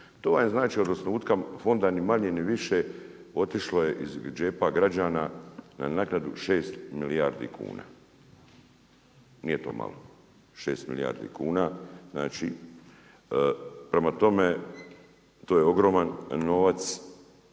vam je znači od osnutka fonda ni manje ni više otišlo je iz džepa građana na naknadu 6 milijardi kuna. Nije to malo, 6 milijardi kuna, znači prema tome to je ogroman novac,